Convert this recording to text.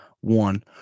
one